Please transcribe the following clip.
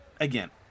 again